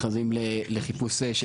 מכרזים לחיפוש?